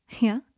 Yeah